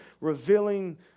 revealing